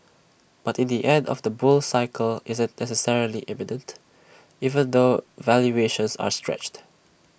but in the end of the bull cycle isn't necessarily imminent even though valuations are stretched